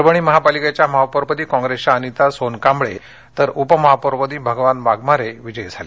परभणी महानगरपालिकेच्या महापौरपदी कॉप्रेसच्या अनिता सोनकांबळे तर उपमहापौरपदी भगवान वाघमारे विजयी झाले